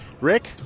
Rick